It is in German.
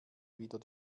wieder